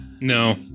No